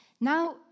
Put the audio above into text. Now